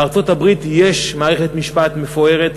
בארצות-הברית יש מערכת משפט מפוארת,